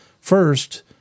first